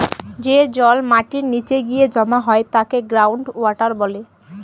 যে জল মাটির নীচে গিয়ে জমা হয় তাকে গ্রাউন্ড ওয়াটার বলে